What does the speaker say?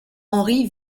henri